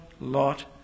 Lot